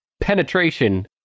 penetration